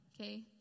Okay